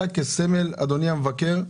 אדוני המבקר,